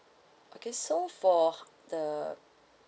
okay so for the